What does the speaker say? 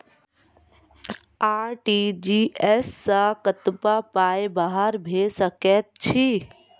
RTGS सअ कतबा पाय बाहर भेज सकैत छी?